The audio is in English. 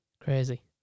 Crazy